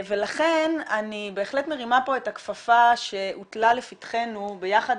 לכן אני בהחלט מרימה פה את הכפפה שהוטלה לפתחנו ביחד